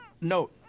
No